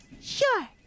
Sure